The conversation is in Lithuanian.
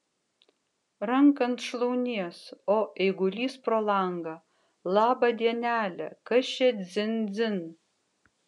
ranką ant šlaunies o eigulys pro langą labą dienelę kas čia dzin dzin